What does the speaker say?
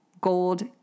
gold